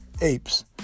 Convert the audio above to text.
apes